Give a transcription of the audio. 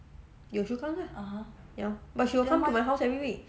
yio chu kang ah ya but she will come to my house every week